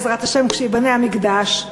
בעזרת השם כשייבנה המקדש.